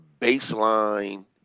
baseline